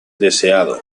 deseado